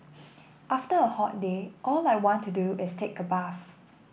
after a hot day all I want to do is take a bath